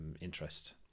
interest